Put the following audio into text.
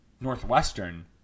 Northwestern